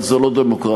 אבל זו לא דמוקרטיה,